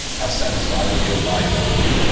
how satisfied with your life are you?